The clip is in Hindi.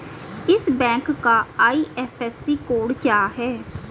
इस बैंक का आई.एफ.एस.सी कोड क्या है?